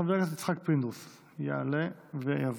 חבר הכנסת יצחק פינדרוס יעלה ויבוא.